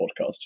podcast